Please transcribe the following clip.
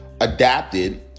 adapted